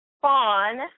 Fawn